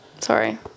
Sorry